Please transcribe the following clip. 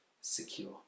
secure